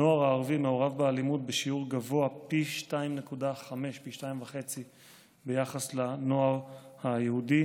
הנוער הערבי מעורב באלימות בשיעור גבוה פי 2.5 ביחס לנוער היהודי,